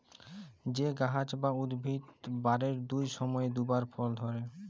যে গাহাচ বা উদ্ভিদ বারের দুট সময়ে দুবার ফল ধ্যরে